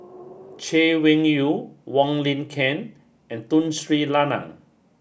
Chay Weng Yew Wong Lin Ken and Tun Sri Lanang